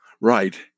Right